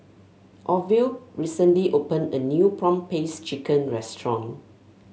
Orville recently opened a new prawn paste chicken restaurant